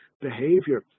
Behavior